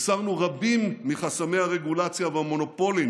הסרנו רבים מחסמי הרגולציה והמונופולים